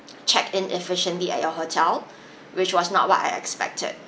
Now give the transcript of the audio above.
check in efficiently at your hotel which was not what I expected